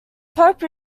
pope